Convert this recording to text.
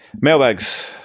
Mailbags